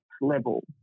level